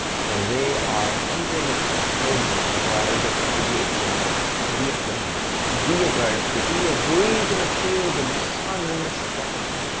for they are heeding his word of creation to be a flower, to be a bird, to be a breeze in a field and the sun in the sky.